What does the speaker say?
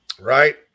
Right